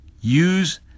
use